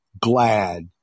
glad